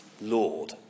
lord